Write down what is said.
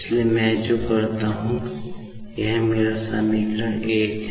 इसलिए मैं जो करता हूं यह मेरा समीकरण है